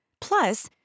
Plus